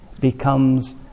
becomes